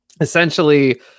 essentially